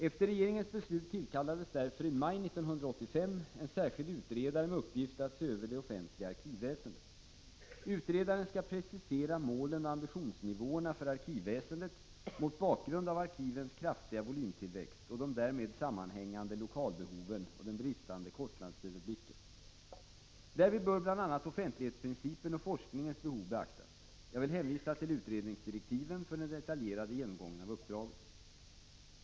Efter regeringens beslut tillkallades därför i maj 1985 en särskild utredare med uppgift att se över det offentliga arkivväsendet. Utredaren skall precisera målen och ambitionsnivåerna för arkivväsendet mot bakgrund av arkivens kraftiga volymtillväxt och de därmed sammanhängande lokalbehoven och den bristande kostnadsöverblicken. Därvid bör bl.a. offentlighetsprincipen och forskningens behov beaktas. Jag vill hänvisa till utredningsdirektiven för den detaljerade genomgången av uppdraget.